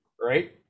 right